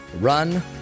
run